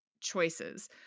choices